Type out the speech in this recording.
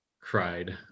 cried